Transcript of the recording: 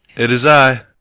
it is i.